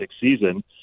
season